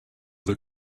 that